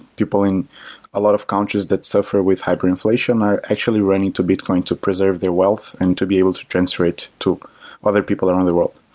people in a lot of countries that suffer with hyperinflation are actually running to bitcoin to preserve their wealth and to be able to transfer it to other people around the world.